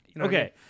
Okay